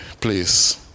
please